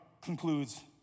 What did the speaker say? concludes